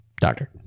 Doctor